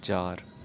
چار